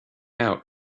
out